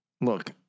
Look